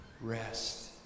rest